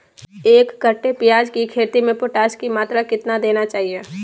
एक कट्टे प्याज की खेती में पोटास की मात्रा कितना देना चाहिए?